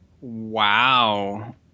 Wow